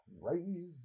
crazy